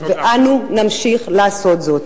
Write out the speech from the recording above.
ואנו נמשיך לעשות זאת.